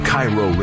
Cairo